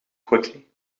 quickly